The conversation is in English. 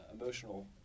emotional